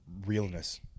realness